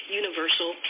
universal